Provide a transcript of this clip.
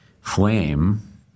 flame